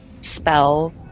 spell